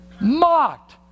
mocked